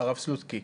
הרב סלוטקי,